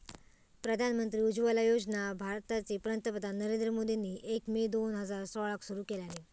प्रधानमंत्री उज्ज्वला योजना भारताचे पंतप्रधान नरेंद्र मोदींनी एक मे दोन हजार सोळाक सुरू केल्यानी